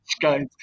guys